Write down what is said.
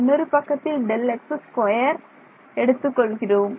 இன்னொரு பக்கத்த்தில் Δx2 எடுத்துக் கொள்கிறோம்